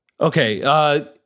Okay